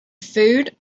food